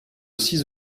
six